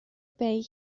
pay